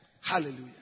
Hallelujah